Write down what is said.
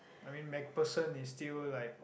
I mean MacPherson is still like